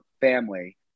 family